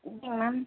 ma'am